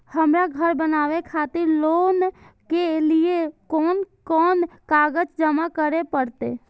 हमरा घर बनावे खातिर लोन के लिए कोन कौन कागज जमा करे परते?